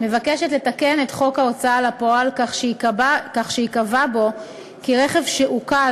מבקשת לתקן את חוק ההוצאה לפועל כך שייקבע בו כי רכב שעוקל